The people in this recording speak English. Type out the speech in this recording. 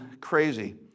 crazy